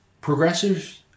Progressives